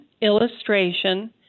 illustration